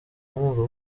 mwumva